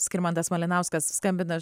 skirmantas malinauskas skambina